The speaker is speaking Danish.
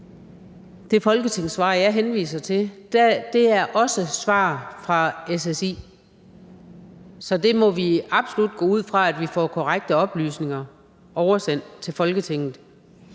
Det folketingssvar, jeg henviser til, er også et svar fra SSI. Så der må vi absolut gå ud fra, at vi får korrekte oplysninger oversendt til Folketinget.